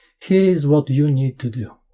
here is what you need to do